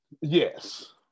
Yes